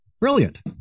Brilliant